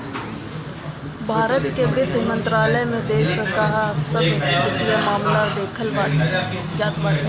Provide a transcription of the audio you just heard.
भारत के वित्त मंत्रालय में देश कअ सब वित्तीय मामला देखल जात बाटे